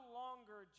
longer